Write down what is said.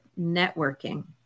networking